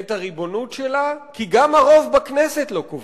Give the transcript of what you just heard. את הריבונות, כי גם הרוב בכנסת לא קובע.